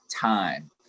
time